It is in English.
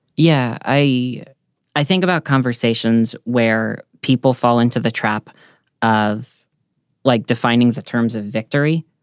yeah, i i think about conversations where people fall into the trap of like defining the terms of victory,